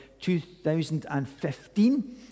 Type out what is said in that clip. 2015